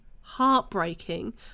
heartbreaking